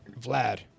Vlad